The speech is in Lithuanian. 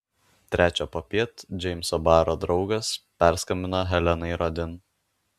trečią popiet džeimso baro draugas perskambino helenai rodin